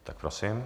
Tak prosím.